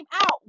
out